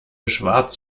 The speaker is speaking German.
schwarz